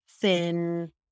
thin